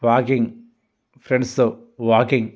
walking ఫ్రెండ్స్తో walking